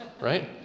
right